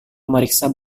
memeriksa